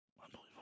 Unbelievable